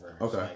Okay